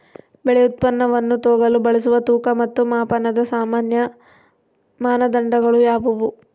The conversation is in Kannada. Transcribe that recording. ಬೆಳೆ ಉತ್ಪನ್ನವನ್ನು ತೂಗಲು ಬಳಸುವ ತೂಕ ಮತ್ತು ಮಾಪನದ ಸಾಮಾನ್ಯ ಮಾನದಂಡಗಳು ಯಾವುವು?